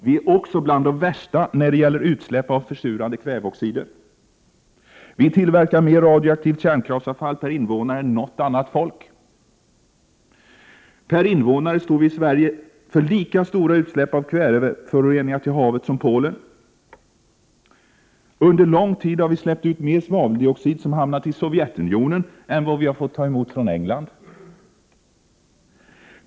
Vi är också bland de värsta när det gäller utsläpp av försurande kväveoxider. Vi tillverkar mer radioaktivt kärnkraftsavfall per invånare än något annat folk. Per invånare står vi i Sverige för lika stora utsläpp av kväveföreningar till havet som Polen. Under lång tid har vi släppt ut mer svaveldioxid som hamnat i Sovjetunionen än vad vi har fått ta emot från England.